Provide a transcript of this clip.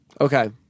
Okay